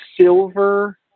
silver